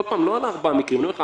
לא על ארבעה מקרים אני אומר לך,